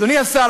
אדוני השר,